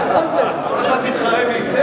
כל אחד מתחרה מי יצא.